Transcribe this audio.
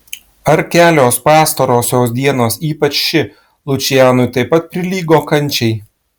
ar kelios pastarosios dienos ypač ši lučianui taip pat prilygo kančiai